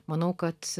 manau kad